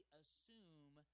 assume